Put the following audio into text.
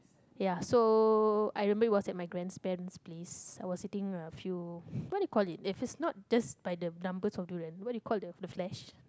ya so I remember it was my grandparent's place I was sitting uh few what you call it if it's not just by the numbers of durian what do you call the the flesh